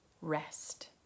Rest